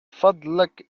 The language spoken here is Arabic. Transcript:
فضلك